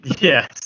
yes